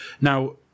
now